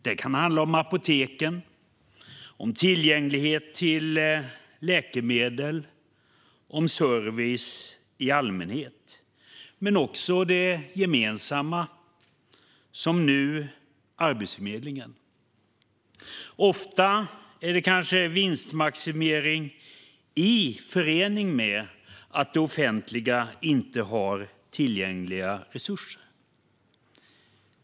Det kan handla om apoteken, om tillgänglighet till läkemedel och om service i allmänhet, men också om det gemensamma, som nu Arbetsförmedlingen. Ofta är det kanske vinstmaximering i förening med att det offentliga inte har tillgängliga resurser.